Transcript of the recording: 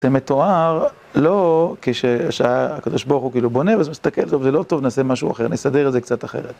זה מתואר, לא כשהקדוש ברוך הוא כאילו בונה ומסתכל, זה לא טוב, נעשה משהו אחר, נסדר את זה קצת אחרת.